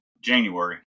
January